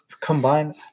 Combine